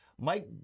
Mike